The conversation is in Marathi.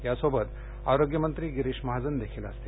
यासोबत आरोग्यमंत्री गिरीश महाजन देखील असतील